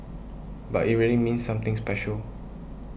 but it really means something special